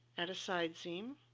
at a side seam,